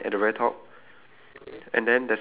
so at the very right of the books~ bookstore